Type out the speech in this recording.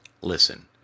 Listen